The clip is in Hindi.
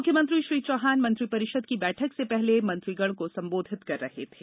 मुख्यमंत्री श्री चौहान मंत्रि परिषद की बैठक से पहले मंत्री गण को संबोधित कर रहे थे